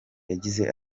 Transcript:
yagize